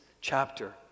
chapter